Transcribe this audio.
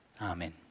amen